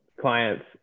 clients